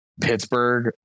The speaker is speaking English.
Pittsburgh